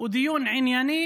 ודיון ענייני